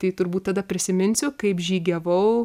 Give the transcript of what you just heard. tai turbūt tada prisiminsiu kaip žygiavau